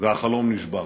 והחלום נשבר".